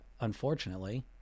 unfortunately